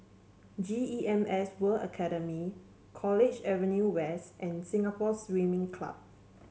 G E M S World Academy College Avenue West and Singapore Swimming Club